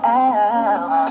out